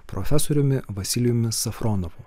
profesoriumi vasilijumi safronovu